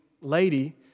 lady